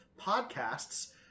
Podcasts